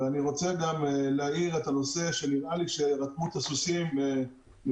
אבל אני רוצה גם להעיר שנראה לי שרתמו את הסוסים לפני